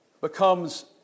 becomes